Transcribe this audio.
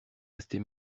rester